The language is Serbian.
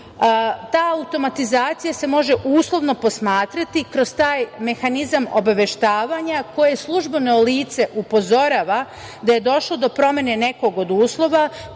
automatizacija se može uslovno posmatrati kroz taj mehanizam obaveštavanja koje službeno lice upozorava da je došlo do promene nekog od uslova